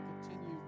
continue